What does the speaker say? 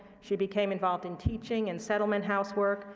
she became involved in teaching and settlement housework.